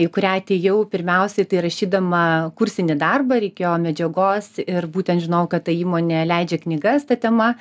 į kurią atėjau pirmiausiai tai rašydama kursinį darbą reikėjo medžiagos ir būtent žinojau kad ta įmonė leidžia knygas ta tema